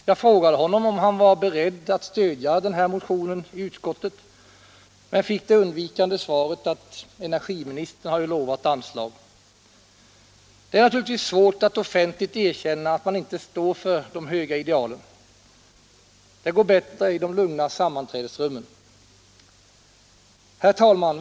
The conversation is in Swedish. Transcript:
Jag frågade honom om han var beredd att stödja den här motionen i utskottet men fick det undvikande svaret att energiministern hade lovat anslag. Det är naturligtvis svårt att offentligt erkänna att man inte står för de höga idealen — det går bättre i de lugna sammanträdesrummen. Herr talman!